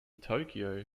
tokyo